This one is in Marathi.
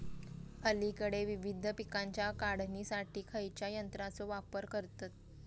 अलीकडे विविध पीकांच्या काढणीसाठी खयाच्या यंत्राचो वापर करतत?